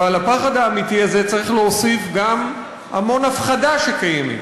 ועל הפחד האמיתי הזה צריך להוסיף גם המון הפחדה שקיימת,